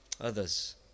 others